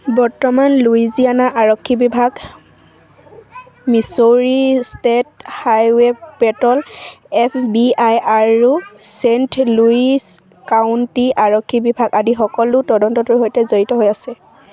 বৰ্তমান লুইজিয়ানা আৰক্ষী বিভাগ Missouri state highway patrol F B I আৰু ছেইণ্ট লুইছ কাউন্টি আৰক্ষী বিভাগ আদি সকলো তদন্তটোৰ সৈতে জড়িত হৈ আছে